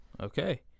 Okay